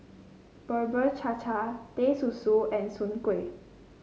Bubur Cha Cha Teh Susu and Soon Kueh